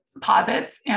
posits